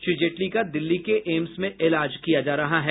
श्री जेटली का दिल्ली के एम्स में इलाज किया जा रहा है